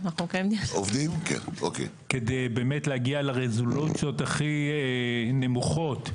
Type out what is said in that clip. כדי להגיע לרזולוציות הכי נמוכות,